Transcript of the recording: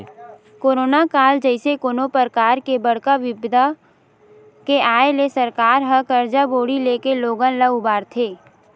corona काल जइसे कोनो परकार के बड़का बिपदा के आय ले सरकार ह करजा बोड़ी लेके लोगन ल उबारथे